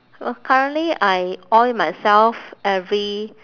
currently I oil myself every